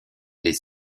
les